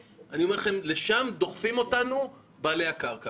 לשם דוחפים אותנו בעלי הקרקע.